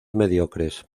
mediocres